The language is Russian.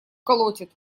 колотит